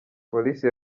polisi